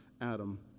Adam